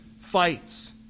fights